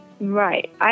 Right